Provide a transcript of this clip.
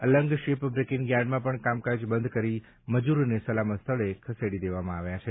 Alang ship breaking યાર્ડમાં પણ કામકાજ બંધ કરી મજૂરોને સલામત સ્થળે ખસેડી દેવાયા છે